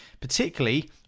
particularly